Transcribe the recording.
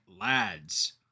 lads